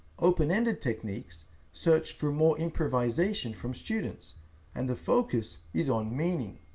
open-ended techniques search for more improvisation from students and the focus is on meaning.